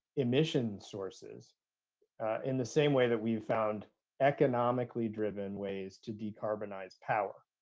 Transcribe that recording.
emissions sources in the same way that we've found economically driven ways to decarbonize power,